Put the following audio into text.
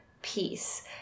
peace